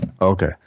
Okay